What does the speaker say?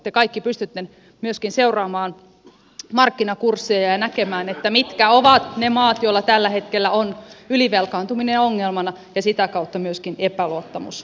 te kaikki pystytte myöskin seuraamaan markkinakursseja ja näkemään mitkä ovat ne maat joilla tällä hetkellä on ylivelkaantuminen ongelmana ja sitä kautta myöskin epäluottamus suurta